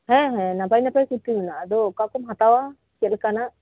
ᱦᱮᱸ ᱦᱮᱸ ᱱᱟᱯᱟᱭ ᱱᱟᱯᱟᱭ ᱠᱩᱨᱛᱤ ᱢᱮᱱᱟᱜᱼᱟ ᱟᱫᱚ ᱚᱠᱟ ᱠᱚᱢ ᱦᱟᱛᱟᱣᱟ ᱪᱮᱜ ᱞᱮᱠᱟᱱᱟᱜ